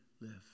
live